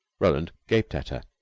roland gaped at her.